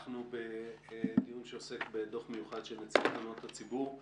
אנחנו בדיון שעוסק בדוח מיוחד של נציב תלונות הציבור,